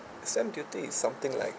stamp duty is something like